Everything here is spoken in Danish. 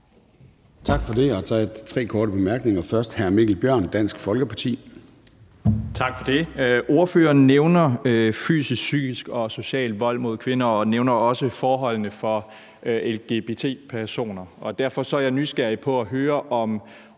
Tak for det. Der er tre, der har korte bemærkninger, først hr. Mikkel Bjørn, Dansk Folkeparti. Kl. 16:58 Mikkel Bjørn (DF): Tak for det. Ordføreren nævner fysisk, psykisk og social vold mod kvinder og nævner også forholdene for lgbt-personer. Derfor er jeg nysgerrig efter at høre, om